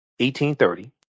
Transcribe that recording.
1830